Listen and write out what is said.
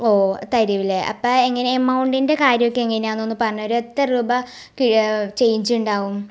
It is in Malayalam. ഓ തരും അല്ലേ അപ്പം എങ്ങനെയാണ് എമൗണ്ടിൻ്റെ കാര്യമൊക്കെ എങ്ങനെയാണ് എന്നൊന്ന് പറഞ്ഞ് തരുമോ എത്ര രൂപ ചേയ്ഞ്ച് ഉണ്ടാവും